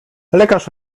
lekarz